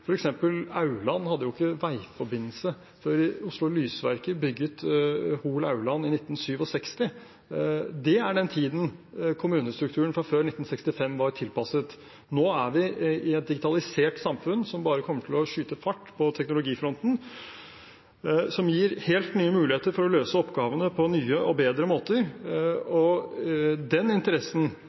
tid, f.eks. hadde ikke Aurland veiforbindelse før Oslo Lysverker bygget Hol–Aurland i 1967. Det er den tiden kommunestrukturen fra før 1965 var tilpasset. Nå er vi i et digitalisert samfunn som bare kommer til å skyte fart på teknologifronten, som gir helt nye muligheter for å løse oppgavene på nye og bedre måter. Interessen